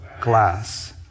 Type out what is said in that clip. glass